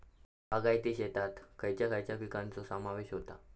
बागायती शेतात खयच्या खयच्या पिकांचो समावेश होता?